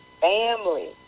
family